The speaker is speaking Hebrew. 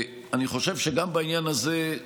אני חושב שגם בעניין הזה,